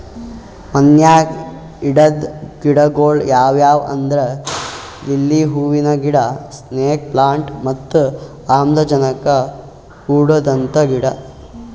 ಮನ್ಯಾಗ್ ಇಡದ್ ಗಿಡಗೊಳ್ ಯಾವ್ಯಾವ್ ಅಂದ್ರ ಲಿಲ್ಲಿ ಹೂವಿನ ಗಿಡ, ಸ್ನೇಕ್ ಪ್ಲಾಂಟ್ ಮತ್ತ್ ಆಮ್ಲಜನಕ್ ಕೊಡಂತ ಗಿಡ